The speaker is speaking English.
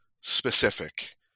specific